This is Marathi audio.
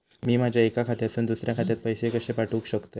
मी माझ्या एक्या खात्यासून दुसऱ्या खात्यात पैसे कशे पाठउक शकतय?